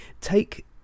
take